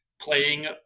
playing